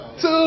two